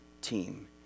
team